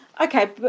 Okay